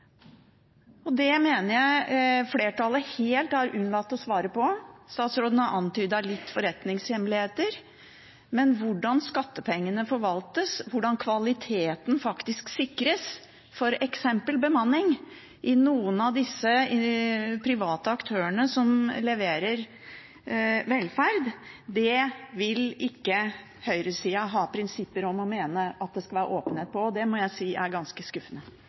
Det mener jeg flertallet helt har unnlatt å svare på. Statsråden har antydet litt om forretningshemmeligheter, men hvordan skattepengene forvaltes, hvordan kvaliteten faktisk sikres, f.eks. når det gjelder bemanning, hos noen av disse private aktørene som leverer velferd, vil ikke høyresida ha prinsipper om og mene at det skal være åpenhet om, og det må jeg si er ganske skuffende.